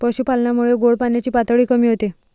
पशुपालनामुळे गोड पाण्याची पातळी कमी होते